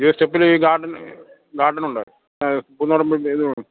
ഇരുപത് സ്റ്റെപ്പില് ഈ ഗാർഡന് ഗാർഡന് ഉണ്ട്